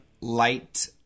Light